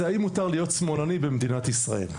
זה האם מותר להיות שמאלני במדינת ישראל?